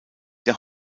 der